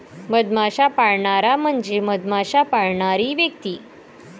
मधमाश्या पाळणारा म्हणजे मधमाश्या पाळणारी व्यक्ती